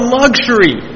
luxury